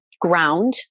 ground